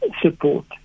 support